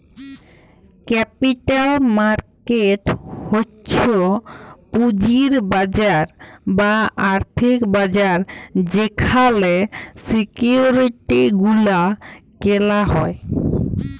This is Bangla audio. ক্যাপিটাল মার্কেট হচ্ছ পুঁজির বাজার বা আর্থিক বাজার যেখালে সিকিউরিটি গুলা কেলা হ্যয়